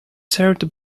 served